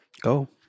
Go